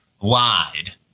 lied